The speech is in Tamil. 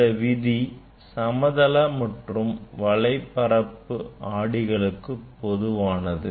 இந்த விதி சமதள மற்றும் வளை பரப்பு ஆடிகளுக்கு பொதுவானது